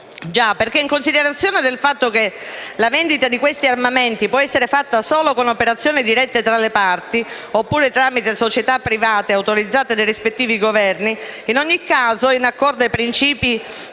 in considerazione del fatto che la vendita di questi armamenti può essere fatta solo con operazioni dirette tra le Parti, oppure tramite società private autorizzate dai rispettivi Governi, in ogni caso, in accordo ai principi